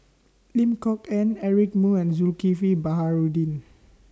Lim Kok Ann Eric Moo and Zulkifli Baharudin